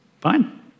Fine